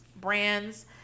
brands